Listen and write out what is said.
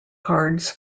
cards